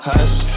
Hush